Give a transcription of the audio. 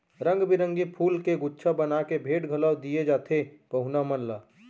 रंग बिरंगी फूल के गुच्छा बना के भेंट घलौ दिये जाथे पहुना मन ला